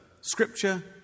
Scripture